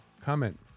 comment